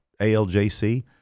ALJC